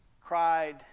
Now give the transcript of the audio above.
Cried